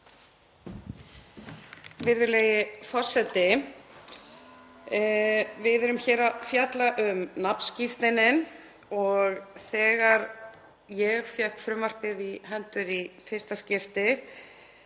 Við erum hér að fjalla um nafnskírteinin. Þegar ég fékk frumvarpið í hendur í fyrsta skipti